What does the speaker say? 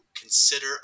consider